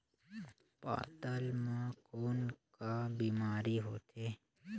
पातल म कौन का बीमारी होथे?